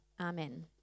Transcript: Amen